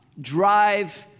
drive